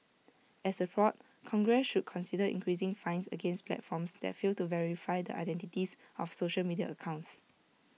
as A prod congress should consider increasing fines against platforms that fail to verify the identities of social media accounts